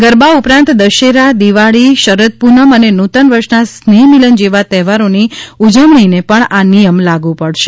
ગરબા ઉપરાંત દશેરા દિવાળી શરદ પૂનમ અને નૂતન વર્ષના સ્નેહમિલન જેવા તહેવારોની ઉજવણીને પણ આ નિયમ લાગુ પડશે